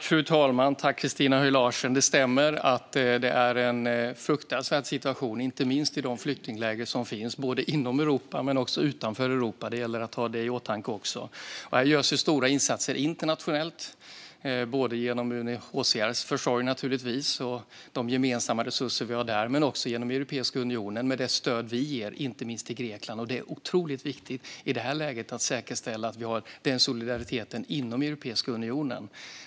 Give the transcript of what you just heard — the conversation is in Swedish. Fru talman! Det stämmer att det är en fruktansvärd situation i de flyktingläger som finns inom Europa, men också utanför Europa - det gäller att ha det i åtanke också. Här görs stora insatser internationellt, dels naturligtvis genom UNHCR:s försorg och de gemensamma resurser vi har där, dels genom Europeiska unionen med det stöd vi ger, inte minst till Grekland. Det är i det här läget otroligt viktigt att säkerställa att vi har den solidariteten inom Europeiska unionen.